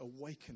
awaken